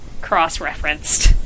cross-referenced